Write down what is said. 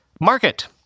market